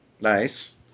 Nice